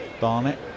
Barnett